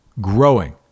growing